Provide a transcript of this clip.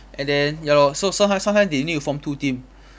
and then ya lor so sometimes sometimes they need to form two team